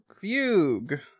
Fugue